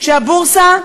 כשהבורסה,